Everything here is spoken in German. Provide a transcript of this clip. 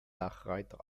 dachreiter